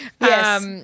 Yes